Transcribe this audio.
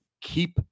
keep